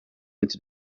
into